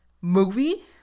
Movie